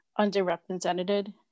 underrepresented